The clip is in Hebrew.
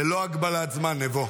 ללא הגבלת זמן, נבו.